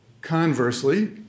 Conversely